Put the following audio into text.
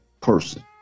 person